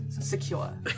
secure